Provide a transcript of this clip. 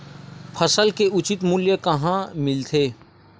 फसल के उचित मूल्य कहां मिलथे?